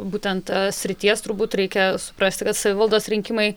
būtent srities turbūt reikia suprasti kad savivaldos rinkimai